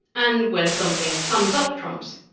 and when something! comes up trumps,